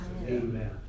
Amen